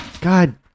God